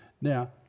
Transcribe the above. Now